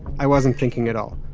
i wasn't thinking at all.